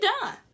done